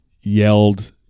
yelled